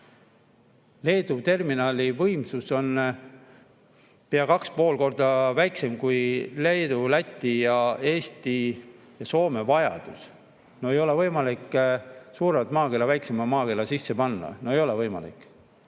Leedu terminali võimsus on pea 2,5 korda väiksem kui Leedu, Läti, Eesti ja Soome vajadus. No ei ole võimalik suuremat maakera väiksema maakera sisse panna. No ei ole võimalik!